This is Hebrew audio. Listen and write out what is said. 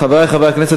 חברי חברי הכנסת,